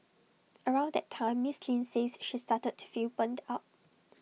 around that time miss Lin says she started to feel burnt out